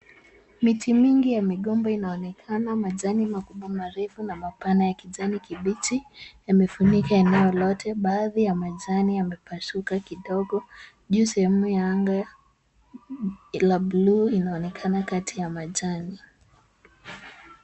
Miti mingi ya migomba inaonekana majani makubwa, marefu na mapana ya kijani kibichi yamefunika eneo lote ,baadhi ya majani yamepasuka kidogo. Juu sehemu ya anga la bluu inaonekana kati ya majani.